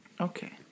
Okay